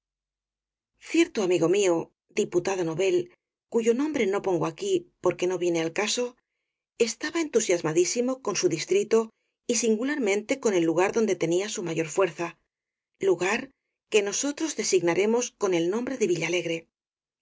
cierto amigo mío diputado novel cuyo nom bre no pongo aquí porque no viene al caso estaba entusiasmadísimo con su distrito y singularmente con el lugar donde tenía su mayor fuerza lugar que nosotros designaremos con el nombre de villalegre